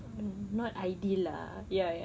mm not ideal lah ya ya